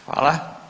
Hvala.